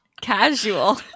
Casual